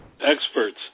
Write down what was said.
experts